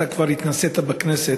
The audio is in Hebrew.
אתה כבר התנסית בכנסת: